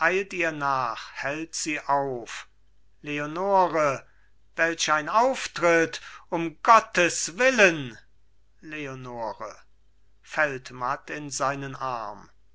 nach hält sie auf leonore welch ein auftritt um gottes willen leonore fällt matt in seinen arm